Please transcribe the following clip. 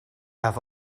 have